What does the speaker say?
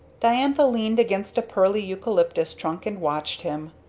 diantha leaned against a pearly eucalyptus trunk and watched him.